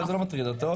זה לא מטריד אותו,